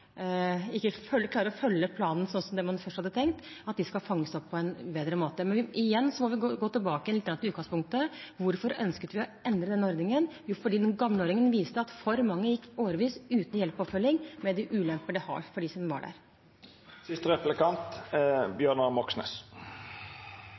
ikke klarer å følge planen sånn som det man først hadde tenkt, skal fanges opp på en bedre måte. Men igjen må vi gå litt tilbake igjen til utgangspunktet: Hvorfor ønsket vi å endre denne ordningen? Jo, fordi den gamle ordningen viste at for mange gikk i årevis uten hjelp og oppfølging, med de ulemper det har for dem som var der.